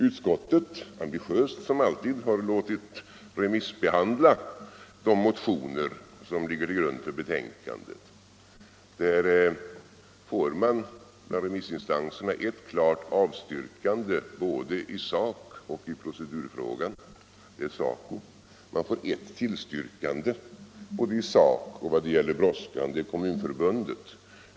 Utskottet, ambitiöst som alltid, har låtit remissbehandla de motioner som ligger till grund för betänkandet. Man får av remissinstanserna ett klart avstyrkande både i sak och i procedurfrågan, nämligen från SACO/SR, samt ett tillstyrkande både i sak och vad gäller brådskan från Kommunförbundet.